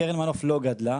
קרן מנוף לא גדלה.